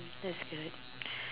that is good